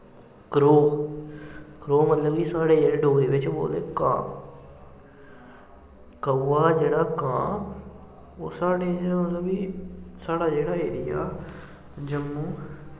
crow क्रोह् मतलव कि साढ़े जेह्ड़े डोगरी विच बोलदे कां कऊआ जेह्ड़ा कां ओह् साढ़े इ'यां मतलव की साढ़े जेह्ड़ा एरिया जम्मू